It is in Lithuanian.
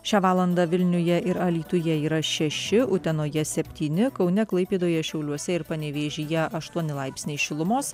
šią valandą vilniuje ir alytuje yra šeši utenoje septyni kaune klaipėdoje šiauliuose ir panevėžyje aštuoni laipsniai šilumos